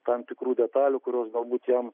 tam tikrų detalių kurios galbūt jam